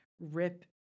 rip